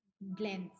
blends